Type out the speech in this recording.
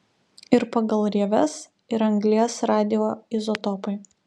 ir pagal rieves ir anglies radioizotopai